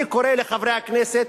אני קורא לחברי הכנסת